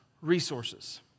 resources